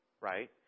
right